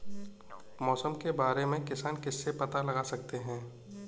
मौसम के बारे में किसान किससे पता लगा सकते हैं?